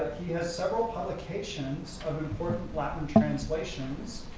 he has several publications of important latin translations,